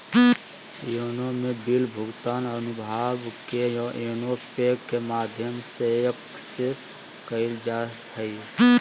YONO में bill भुगतान अनुभाग के योनो पे के माध्यम से एक्सेस कइल जा हइ